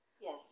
Yes